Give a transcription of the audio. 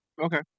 Okay